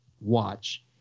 watch